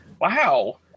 Wow